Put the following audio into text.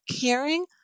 caring